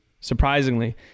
surprisingly